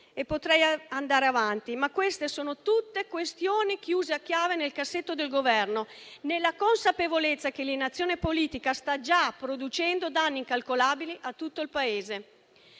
Potrei andare avanti, ma queste sono tutte questioni chiuse a chiave nel cassetto del Governo, nella consapevolezza che l'inazione politica sta già producendo danni incalcolabili a tutto il Paese.